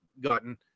gotten